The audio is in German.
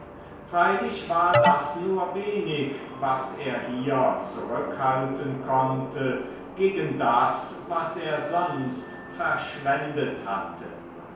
freilich war das nur wenig was er hier zurückhalten konnte gegen das was er sonst verschwendet hatte